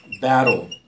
battle